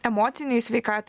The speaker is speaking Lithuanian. emocinei sveikatai